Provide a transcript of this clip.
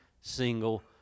single